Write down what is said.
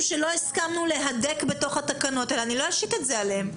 שלא הסכמנו להדק בתוך התקנות אני לא אשית את זה עליהם.